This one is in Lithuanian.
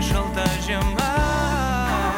šalta žiema